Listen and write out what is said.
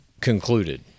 concluded